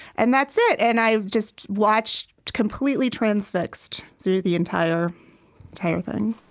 and that's it. and i just watched, completely transfixed, through the entire entire thing